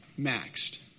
maxed